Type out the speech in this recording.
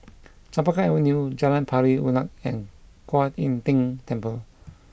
Chempaka Avenue Jalan Pari Unak and Kuan Im Tng Temple